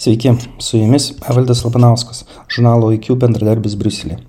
sveiki su jumis evaldas labanauskas žurnalo iq bendradarbis briuselyje